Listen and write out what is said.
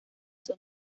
son